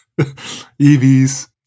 EVs